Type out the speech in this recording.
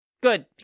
Good